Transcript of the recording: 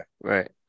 Right